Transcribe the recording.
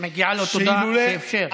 מגיעה לו תודה על שאפשר.